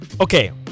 Okay